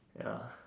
ya